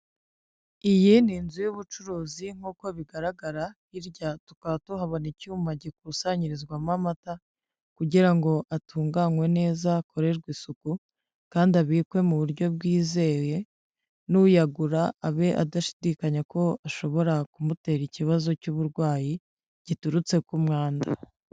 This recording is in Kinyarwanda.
Iyi ni inzu y'ubucuruzi nk'uko bigaragara hirya tukaba tuhabona icyuma gikusanyirizwamo amata kugira ngo atunganwe neza, akorerwe isuku kandi abikwe mu buryo bwizeye n'uyagura abe adashidikanya ko ashobora kumutera ikibazo cy'uburwayi giturutse ku mwanda.